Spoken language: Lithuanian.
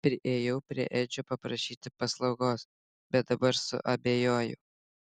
priėjau prie edžio paprašyti paslaugos bet dabar suabejojau